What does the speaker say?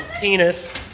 penis